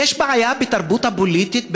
יש בעיה בתרבות הפוליטית,